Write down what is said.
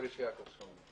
מנהל